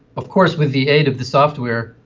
of course with the aid of the software,